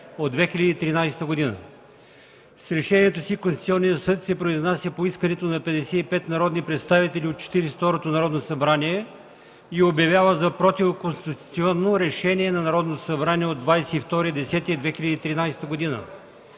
С решението си Конституционният съд се произнася по искането на 55 народни представители от Четиридесет и второто Народно събрание и обявява за противоконституционно Решение на Народното събрание от 22 октомври 2013 г.